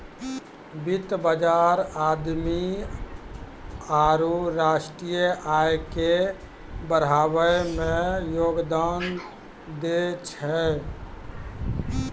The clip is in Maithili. वित्त बजार आदमी आरु राष्ट्रीय आय के बढ़ाबै मे योगदान दै छै